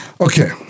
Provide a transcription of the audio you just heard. Okay